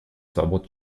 свобод